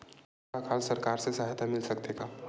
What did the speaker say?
सुखा अकाल सरकार से सहायता मिल सकथे का?